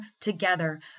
together